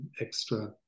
extra